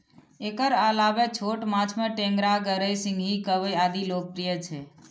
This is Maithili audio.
एकर अलावे छोट माछ मे टेंगरा, गड़ई, सिंही, कबई आदि लोकप्रिय छै